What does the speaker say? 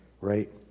right